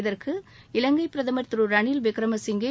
இதற்கு இலங்கை பிரதமர் திரு ரனில் விக்ரமசிங்கே